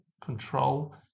Control